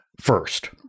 first